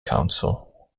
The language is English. council